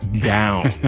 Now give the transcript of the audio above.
down